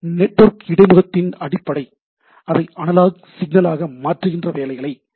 network இடைமுகத்தின் அடிப்படை அதை அனலாக் சிக்னலாக மாற்றுகின்ற வேலைகளை செய்கிறது